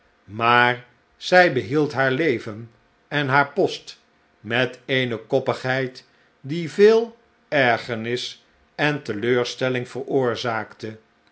maar zij behield haar leven en haar post met eene koppigheid die veel ergernis en teleurstelling veroorzaakte